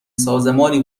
سازمانی